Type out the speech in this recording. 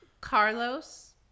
Carlos